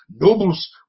nobles